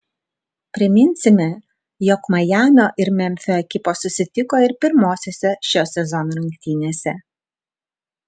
priminsime jog majamio ir memfio ekipos susitiko ir pirmosiose šio sezono rungtynėse